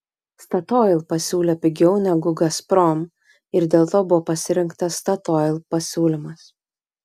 statoil pasiūlė pigiau negu gazprom ir dėl to buvo pasirinktas statoil pasiūlymas